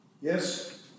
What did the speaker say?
yes